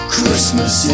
Christmas